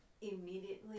Immediately